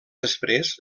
després